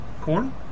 Corn